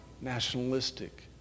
nationalistic